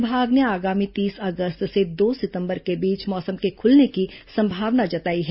विभाग ने आगामी तीस अगस्त से दो सितंबर के बीच मौसम के खुलने की संभावना जताई है